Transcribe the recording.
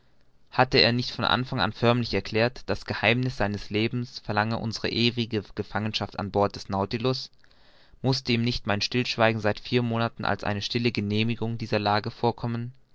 hatte er nicht von anfang an förmlich erklärt das geheimniß seines lebens verlange unsere ewige gefangenschaft am bord des nautilus mußte ihm nicht mein stillschweigen seit vier monaten als eine stille genehmigung dieser lage vorkommen